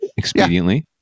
expediently